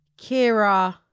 Kira